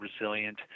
resilient